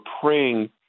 praying